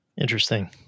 Interesting